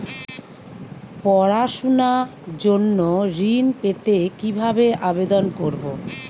পড়াশুনা জন্য ঋণ পেতে কিভাবে আবেদন করব?